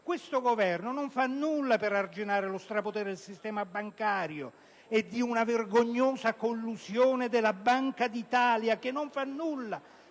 questo Governo non fa nulla per arginare lo strapotere del sistema bancario e la vergognosa collusione della Banca d'Italia, che non fa nulla